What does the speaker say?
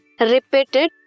repeated